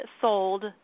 sold